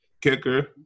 Kicker